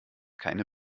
keine